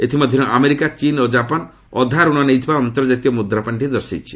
ଏଥିମଧ୍ୟରୁ ଆମେରିକା ଚୀନ୍ ଓ ଜାପାନ୍ ଅଧା ଋଣ ନେଇଥିବା ଅନ୍ତର୍ଜାତୀୟ ମୁଦ୍ରାପାଣ୍ଠି ଦର୍ଶାଇଛି